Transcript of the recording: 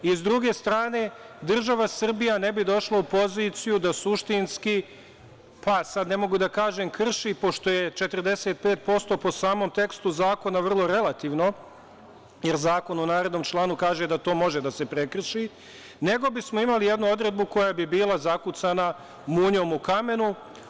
S druge strane, država Srbija ne bi došla u poziciju da suštinski, sad ne mogu da kažem krši, pošto je 45% po samom tekstu zakona vrlo relativno, jer zakon u narednom članu kaže da to može da se prekrši, nego bismo imali jednu odredbu koja bi bila zakucana munjom u kamenu.